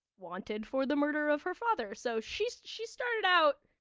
wanted for the murder of her father. so she's she started out,